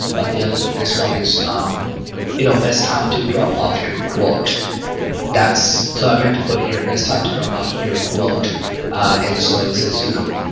but the other one this one is you know best time to drop off your quote that's so i meant to put here best time to drop off your quote and so it says, you know,